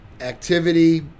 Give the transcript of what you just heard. activity